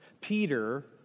Peter